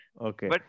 Okay